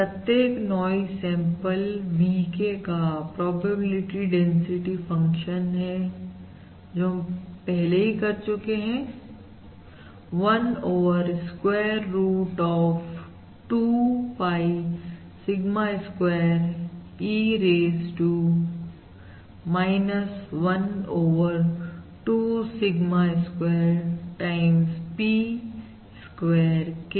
प्रत्येक noise sample VK का probability density function है जो हम पहले ही कह चुके हैं 1 over square root of 2 pi sigma square E raise to 1 over 2 sigma square times P square K